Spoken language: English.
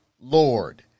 Lord